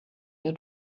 your